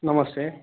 నమస్తే